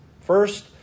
first